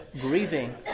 grieving